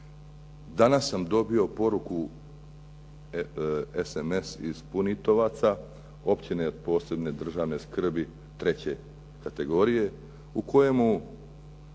Danas sam dobio poruku SMS iz Punitovaca općine od posebne državne skrbi, treće kategorije u kojemu